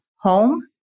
home